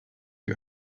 you